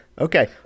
Okay